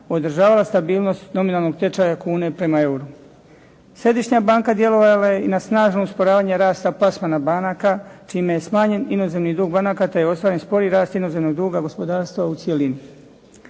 održavala stabilnost nominalnog tečaja kune prema euru. Središnja banka djelovala je i na snažno usporavanje rasta … /Govornik se ne razumije./ … banaka čime je smanjen inozemni dug banaka te je ostvaren sporiji rast inozemnog duga gospodarstva u cjelini.